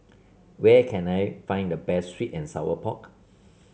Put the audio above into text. where can I find the best sweet and Sour Pork